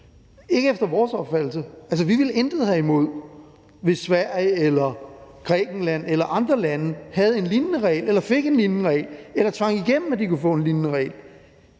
ikke efter vores opfattelse. Altså, vi ville intet have imod det, hvis Sverige eller Grækenland eller andre lande havde en lignende regel eller fik en lignende regel eller tvang igennem, at de kunne få en lignende regel